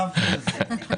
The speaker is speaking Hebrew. שאלתי,